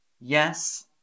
Yes